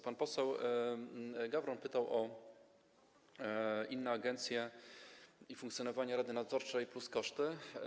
Pan poseł Gawron pytał o inne agencje i funkcjonowanie rady nadzorczej plus koszty.